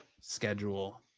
schedule